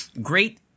great